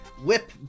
Whip